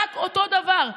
רק אותו הדבר.